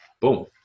boom